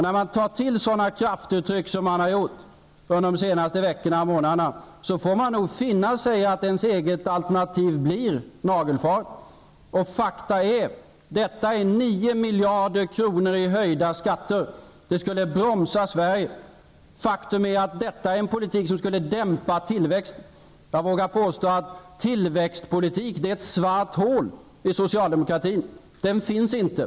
När man tar till sådana kraftuttryck som han har använt under de senaste veckorna och månaderna, får man nog finna sig i att ens eget alternativ blir nagelfaret. Och fakta är: Detta är 9 miljarder kronor i höjda skatter. Det skulle bromsa Sverige. Det är en politik som skulle dämpa tillväxten. Jag vågar påstå att tillväxtpolitiken är ett svart hål i socialdemokratin -- den finns inte.